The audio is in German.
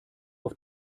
auf